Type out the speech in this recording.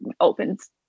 opens